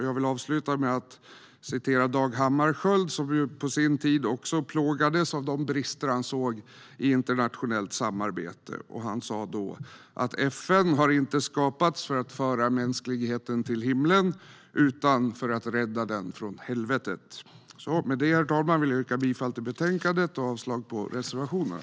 Jag vill avsluta med att citera Dag Hammarskjöld, som på sin tid också plågades av de brister han såg i internationellt samarbete. Han sa: "FN har inte skapats för att föra mänskligheten till himlen utan för att rädda den från helvetet." Med det, herr talman, vill jag yrka bifall till förslaget i betänkandet och avslag på reservationerna.